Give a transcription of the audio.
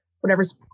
whatever's